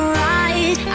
right